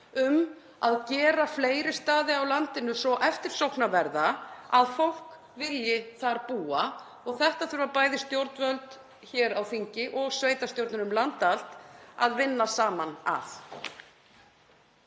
um að gera fleiri staði á landinu svo eftirsóknarverða að fólk vilji þar búa. Þetta þurfa bæði stjórnvöld hér á þingi og sveitarstjórnir um land allt að vinna saman að.